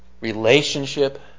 relationship